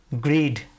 greed